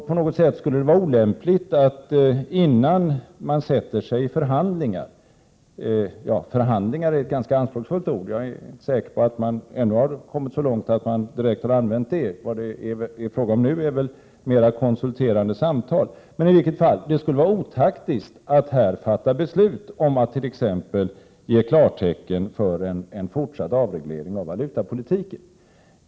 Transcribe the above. På något sätt skulle det vara otaktiskt att före förhandlingarna — förhandlingar är ett ganska anspråksfullt ord, och jag är inte säker på att det direkt har använts ännu, utan det är mera fråga om konsulterande samtal — fatta beslut om att t.ex. ge klartecken för en fortsatt avreglering av valutapolitiken.